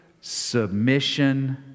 submission